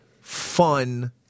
fun